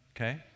okay